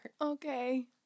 Okay